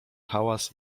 hałas